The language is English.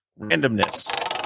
randomness